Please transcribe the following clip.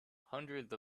hundreds